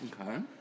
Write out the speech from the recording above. okay